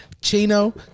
Chino